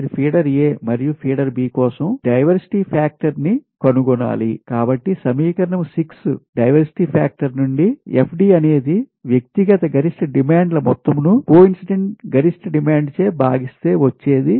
మీరు feeder A మరియు feeder B కోసం డైవర్సిటీ ఫాక్టర్న్ కనుగొనాలి కాబట్టి సమీకరణం 6 డైవర్సిటీ ఫాక్టర్ నుండి FDఅనేది వ్యక్తిగత గరిష్ట డిమాండ్ల మొత్తం ను కోఇన్సిడెంట్ గరిష్ట డిమాండ్ చే భాగిస్తే వచ్చేది